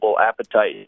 appetite